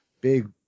big